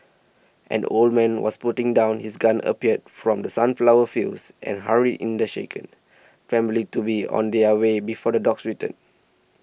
an old man was putting down his gun appeared from the sunflower fields and hurried in the shaken family to be on their way before the dogs return